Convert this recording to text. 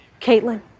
Caitlin